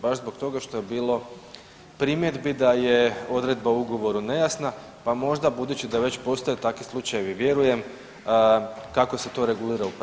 Baš zbog toga što je bilo primjedbi da je odredba u ugovoru nejasna, pa možda budući da već postoje takvi slučajevi vjerujem kako se to regulira u praksi.